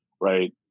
right